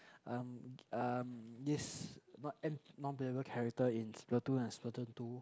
um um yes but um non playable character in Spartan one and Spartan two